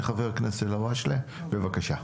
הכנסת אלהואשלה, בבקשה.